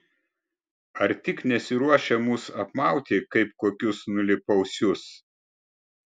ar tik nesiruošia mus apmauti kaip kokius nulėpausius